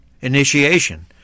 initiation